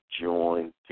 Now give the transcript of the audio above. join